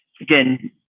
again